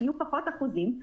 כי יהיו פחות אחוזים.